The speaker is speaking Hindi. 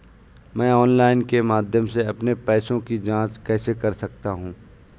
मैं ऑनलाइन के माध्यम से अपने पैसे की जाँच कैसे कर सकता हूँ?